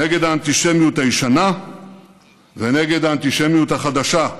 נגד האנטישמיות הישנה ונגד האנטישמיות החדשה,